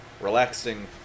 relaxing